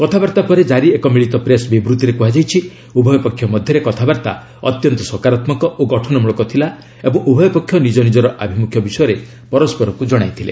କଥାବାର୍ତ୍ତା ପରେ ଜାରି ଏକ ମିଳିତ ପ୍ରେସ୍ ବିବୃତ୍ତିରେ କୁହାଯାଇଛି ଉଭୟ ପକ୍ଷ ମଧ୍ୟରେ କଥାବାର୍ତ୍ତା ଅତ୍ୟନ୍ତ ସକାରାତ୍ରକ ଓ ଗଠନ ମୂଳକ ଥିଲା ଏବଂ ଉଭୟ ପକ୍ଷ ନିକ ନିକ୍କର ଆଭିମୁଖ୍ୟ ବିଷୟରେ ପରସ୍କରକୁ ଜଣାଇଥିଲେ